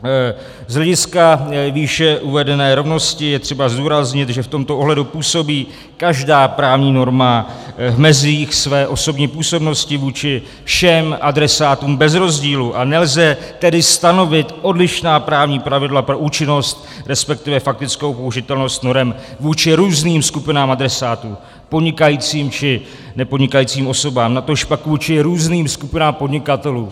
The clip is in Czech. Z hlediska výše uvedené rovnosti je třeba zdůraznit, že v tomto ohledu působí každá právní norma v mezích své osobní působnosti vůči všem adresátům bez rozdílů, a nelze tedy stanovit odlišná právní pravidla pro účinnost, resp. faktickou použitelnost norem vůči různým skupinám adresátů podnikajícím či nepodnikajícím osobám natožpak vůči různým skupinám podnikatelů.